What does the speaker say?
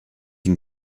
den